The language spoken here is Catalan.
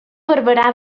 barberà